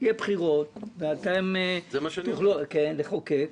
יהיו בחירות, ואתם תוכלו לחוקק.